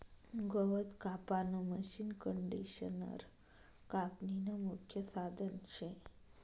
गवत कापानं मशीनकंडिशनर कापनीनं मुख्य साधन शे